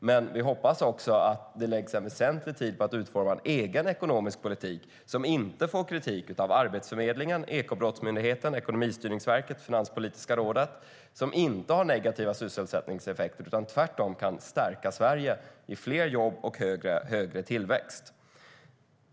Men vi hoppas också att det läggs väsentlig tid på att utforma en egen ekonomisk politik som inte får kritik av Arbetsförmedlingen, Ekobrottsmyndigheten, Ekonomistyrningsverket och Finanspolitiska rådet och som inte har negativa sysselsättningseffekter utan tvärtom kan stärka Sverige och ge fler jobb och högre tillväxt.